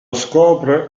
scopre